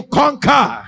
conquer